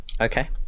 Okay